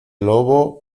lobo